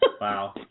Wow